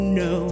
no